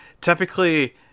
typically